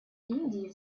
индии